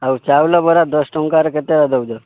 ଆଉ ଚାଉଲ ବରା ଦଶଟଙ୍କାରେ କେତେ ଟା ଦେଉଛ